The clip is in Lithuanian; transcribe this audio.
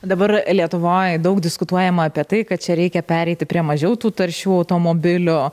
dabar lietuvoj daug diskutuojama apie tai kad čia reikia pereiti prie mažiau tų taršių automobilių